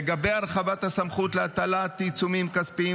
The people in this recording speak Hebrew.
לגבי הרחבת הסמכות להטלת עיצומים כספיים,